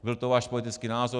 Byl to váš politický názor.